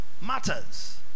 matters